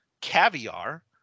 caviar